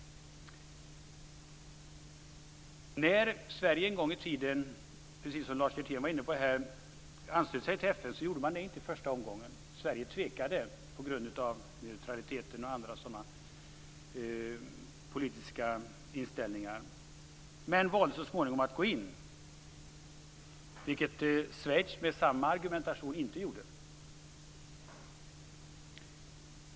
När Sverige en gång i tiden, precis som Lars Hjertén var inne på, anslöts sig till FN gjorde man det inte i första omgången. Sverige tvekade på grund av neutraliteten och andra sådana politiska inställningar. Men så småningom valde vi att gå in, vilket Schweiz med samma argumentation inte gjorde.